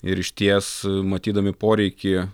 ir išties matydami poreikį